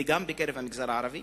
וגם בקרב המגזר הערבי.